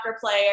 player